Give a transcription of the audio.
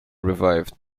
revived